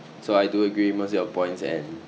so I do agree with most of your points and